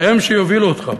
הן שיובילו אותך.